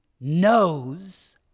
knows